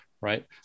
right